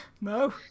No